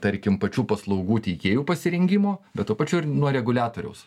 tarkim pačių paslaugų teikėjų pasirengimo bet tuo pačiu ir nuo reguliatoriaus